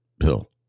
Pill